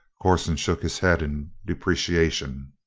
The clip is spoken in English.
corson shook his head in depreciation.